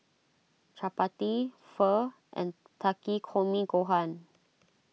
Chapati Pho and Takikomi Gohan